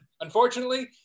unfortunately